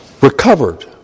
recovered